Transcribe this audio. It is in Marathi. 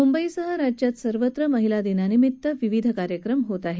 मुंबईसह राज्यात सर्वत्र महिला दिनानिमित्त विविध कार्यक्रम होत आहेत